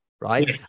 right